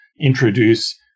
introduce